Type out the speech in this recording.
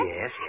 Yes